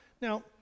Now